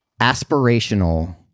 aspirational